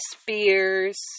Spears